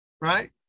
right